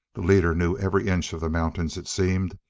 the leader knew every inch of the mountains, it seemed.